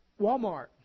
Walmart